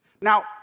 Now